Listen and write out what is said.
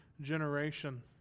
Generation